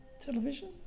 television